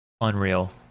Unreal